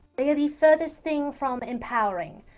they are the furthest thing from empowering.